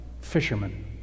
fishermen